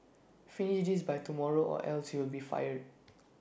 finish this by tomorrow or else you'll be fired